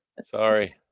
Sorry